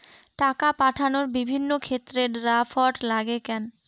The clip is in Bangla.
টাকা পাঠানোর বিভিন্ন ক্ষেত্রে ড্রাফট লাগে কেন?